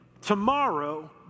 Tomorrow